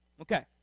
Okay